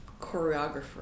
choreographer